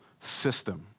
system